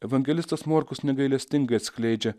evangelistas morkus negailestingai atskleidžia